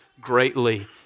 greatly